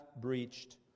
breached